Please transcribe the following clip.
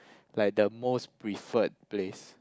like the most preferred place